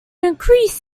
increase